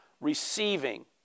receiving